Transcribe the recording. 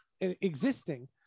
existing